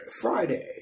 Friday